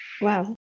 Wow